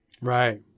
Right